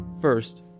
First